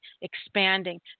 expanding